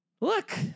Look